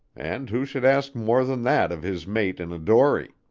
and who should ask more than that of his mate in a dory?